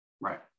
Right